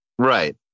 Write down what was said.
Right